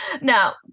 Now